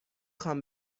خوام